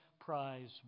prize